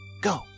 Go